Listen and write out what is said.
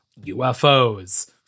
UFOs